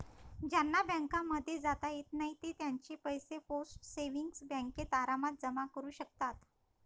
ज्यांना बँकांमध्ये जाता येत नाही ते त्यांचे पैसे पोस्ट सेविंग्स बँकेत आरामात जमा करू शकतात